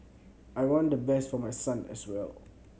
I want the best for my son as well